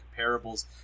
comparables